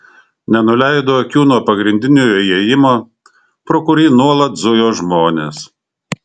nenuleido akių nuo pagrindinio įėjimo pro kurį nuolat zujo žmonės